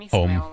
home